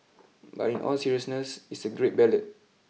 but in all seriousness it's a great ballad